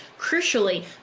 Crucially